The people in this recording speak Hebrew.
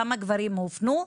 כמה גברים הופנו.